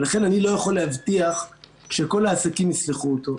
ולכן אני לא יכול להבטיח שכל העסקים יצלחו אותו.